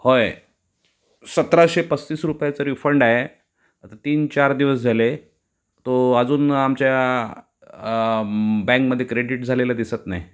होय सत्राशे पस्तीस रुपयाचं रिफंड आहे आता तीन चार दिवस झाले तो अजून आमच्या बँकमध्ये क्रेडिट झालेला दिसत नाही